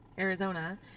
Arizona